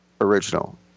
original